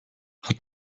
hat